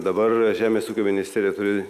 dabar žemės ūkio ministerija turi